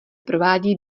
provádí